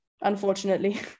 unfortunately